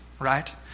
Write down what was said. right